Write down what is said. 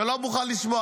שלא מוכן לשמוע.